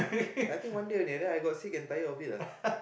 I think one day only right I got sick and tired of it lah